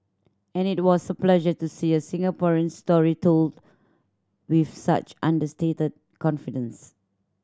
and it was a pleasure to see a Singaporean story told with such understated confidence